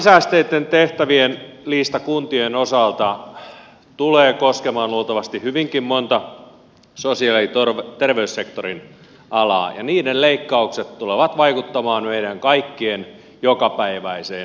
lakisääteisten tehtävien lista kuntien osalta tulee koskemaan luultavasti hyvinkin montaa sosiaali ja terveyssektorin alaa ja niiden leikkaukset tulevat vaikuttamaan meidän kaikkien jokapäiväiseen elämään